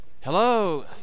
Hello